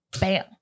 Bam